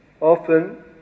often